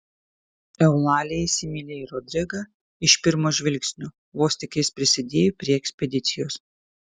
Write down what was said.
eulalija įsimylėjo rodrigą iš pirmo žvilgsnio vos tik jis prisidėjo prie ekspedicijos